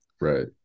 Right